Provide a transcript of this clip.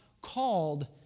called